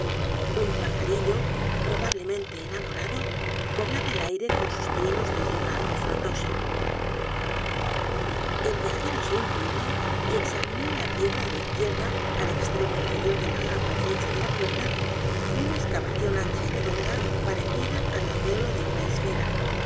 un pajarillo probablemente enamorado poblaba el aire con sus trinos desde un árbol frondoso el viajero se inclinó y examinó en la piedra de la izquierda al estremo inferior de la jamba derecha de la puerta una escavacion ancha y redonda parecida al alvéolo de una esfera